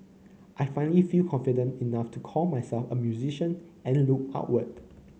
I finally feel confident enough to call myself a musician and look outward